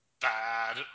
Bad